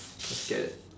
let's get it